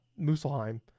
Muselheim